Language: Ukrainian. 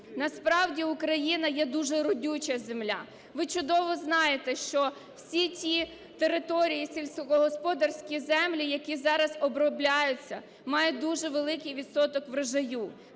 Насправді Україна є дуже родюча земля. Ви чудово знаєте, що всі ці території, сільськогосподарські землі, які зараз обробляються, мають дуже великий відсоток врожаю.